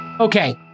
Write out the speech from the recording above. Okay